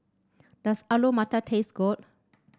does Alu Matar taste good